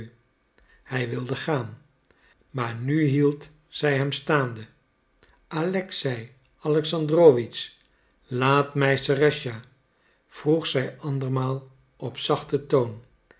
hij wilde gaan maar nu hield zij hem staande alexei alexandrowitsch laat mij serëscha vroeg zij andermaal op zachten toon